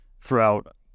throughout